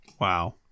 Wow